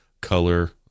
color